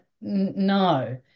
no